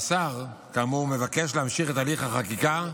השר, כאמור, מבקש להמשיך את הליך החקיקה,